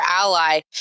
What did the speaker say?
ally